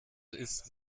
ist